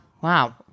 Wow